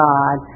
God